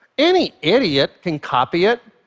any idiot can copy it,